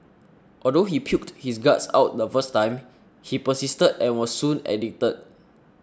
although he puked his guts out the first time he persisted and was soon addicted